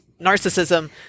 narcissism